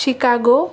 Chicago